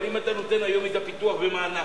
אבל אם אתה נותן היום את הפיתוח, ומענק,